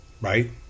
Right